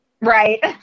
Right